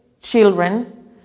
children